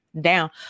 down